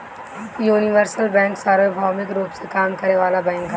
universal bank सार्वभौमिक रूप में काम करे वाला बैंक हवे